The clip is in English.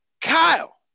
Kyle